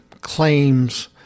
claims